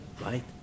right